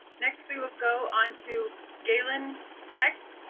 next, we will go on to galen hecht.